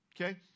Okay